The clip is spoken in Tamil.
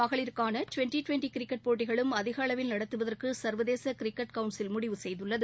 மகளிருக்கான டுவென்டி டுவென்டி கிரிக்கெட் போட்டிகளும் அதிகளவில் நடத்துவதற்கு சர்வதேச கிரிக்கெட் கவுன்சில் முடிவு செய்துள்ளது